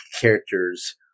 characters